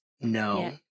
No